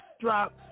drop